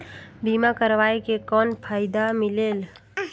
बीमा करवाय के कौन फाइदा मिलेल?